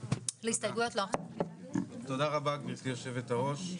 תודה רבה, גברתי היושבת-ראש.